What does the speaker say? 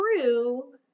true